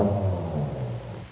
oh